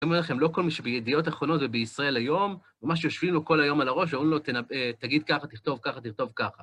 אני אומר לכם, לא כל מי שבידיעות אחרונות ובישראל היום, ממש יושבים לו כל היום על הראש ואומרים לו, תגיד ככה, תכתוב ככה, תכתוב ככה.